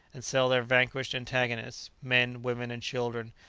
and sell their vanquished antagonists, men, women, and children,